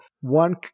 One